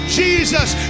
jesus